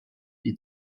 die